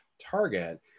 target